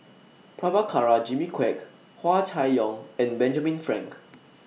Prabhakara Jimmy Quek Hua Chai Yong and Benjamin Frank